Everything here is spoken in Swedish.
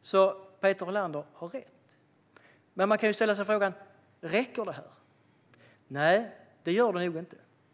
Så Peter Helander har rätt. Men man kan ställa sig frågan om detta räcker. Nej, det gör det nog inte.